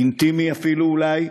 אינטימי אפילו אולי,